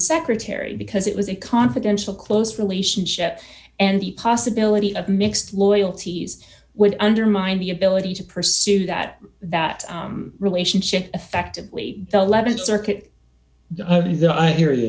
secretary because it was a confidential close relationship and the possibility of mixed loyalties would undermine the ability to pursue that that relationship effectively the th circuit the i hear